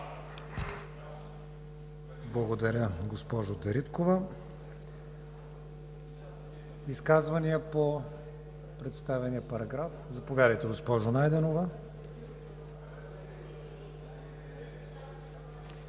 Благодаря, госпожо Дариткова. Изказвания по представения параграф? Заповядайте, госпожо Найденова.